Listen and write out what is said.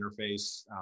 interface